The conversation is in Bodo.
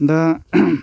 दा